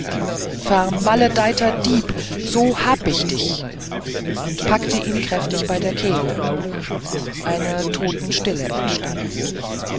vermaledeiter dieb so hab ich dich und packt ihn kräftig bei der kehle eine totenstille entstand